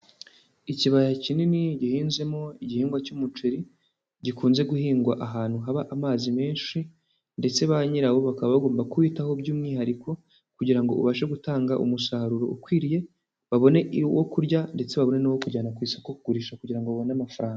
Ikibaya kinini, gihinzemo, igihingwa cy'umuceri. Gikunze guhingwa ahantu haba amazi menshi. Ndetse ba nyirawo bakaba bagomba kutaho by'umwihariko. Kugira ngo ubashe gutanga umusaruro ukwiriye. Babone uwo kurya. ndetse babone n'wo kujyana ku isoko kugurisha kugira ngo babone amafaranga.